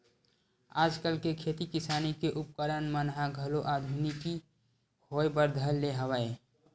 आजकल के खेती किसानी के उपकरन मन ह घलो आधुनिकी होय बर धर ले हवय